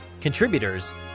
contributors